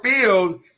field